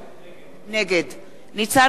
נגד ניצן הורוביץ,